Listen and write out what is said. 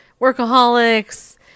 workaholics